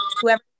whoever